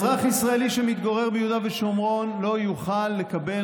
אזרח ישראל שמתגורר ביהודה ושומרון לא יוכל לקבל